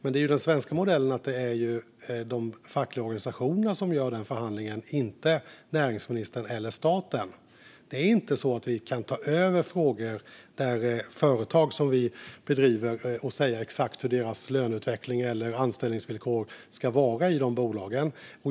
Men det är den svenska modellen att det är de fackliga organisationerna som sköter förhandlingen, inte näringsministern eller staten. Vi kan inte ta över frågor i företag som vi bedriver och säga exakt hur deras löneutveckling eller anställningsvillkor ska vara.